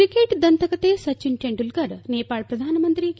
cricket ದಂತಕಥೆ ಸಚಿನ್ ತೆಂಡೂಲ್ಲರ್ ನೇಪಾಳ ಪ್ರಧಾನಮಂತ್ರಿ K